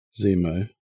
Zemo